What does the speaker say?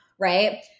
Right